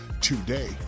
today